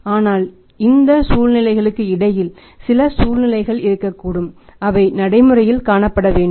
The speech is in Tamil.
ஆனால் இந்த சூழ்நிலைகளுக்கு இடையில் சில சூழ்நிலைகள் இருக்கக்கூடும் அவை நடைமுறையில் காணப்பட வேண்டும்